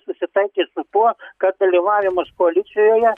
susitaikyt su tuo kad dalyvavimas koalicijoje